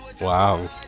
Wow